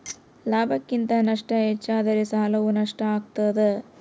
ಲಾಭಕ್ಕಿಂತ ನಷ್ಟ ಹೆಚ್ಚಾದರೆ ಸಾಲವು ನಷ್ಟ ಆಗ್ತಾದ